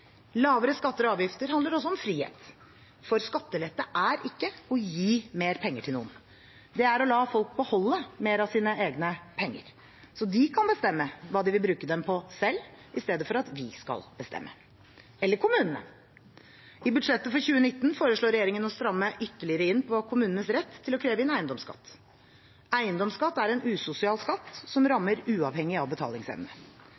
Lavere skatter og avgifter handler også om frihet. For skattelette er ikke å gi mer penger til noen, det er å la folk beholde mer av sine egne penger, så de kan bestemme hva de vil bruke dem på selv i stedet for at vi skal bestemme – eller kommunene. I budsjettet for 2019 foreslår regjeringen å stramme ytterligere inn på kommunens rett til å kreve inn eiendomsskatt. Eiendomsskatt er en usosial skatt som